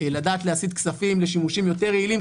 לדעת להסיט כספים לשימושים יותר יעילים,